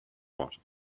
what